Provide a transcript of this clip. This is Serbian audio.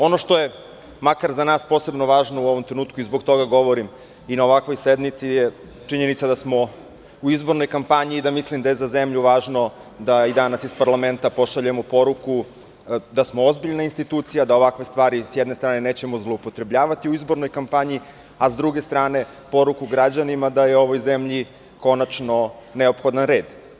Ono što je makar za nas posebno važno u ovom trenutku i zbog toga govorim i na ovakvoj sednici je činjenica da smo u izbornoj kampanji i da mislim da je za zemlju važno da danas iz parlamenta pošaljemo poruku da smo ozbiljna institucija, da ovakve stvari sa jedne strane nećemo zloupotrebljavati u izbornoj kampanji, a sa druge strane poruku građanima da je ovoj zemlji konačno neophodan red.